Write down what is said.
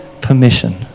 permission